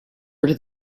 are